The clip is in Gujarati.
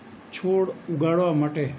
છોડ ઉગાડવા માટે